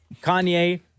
Kanye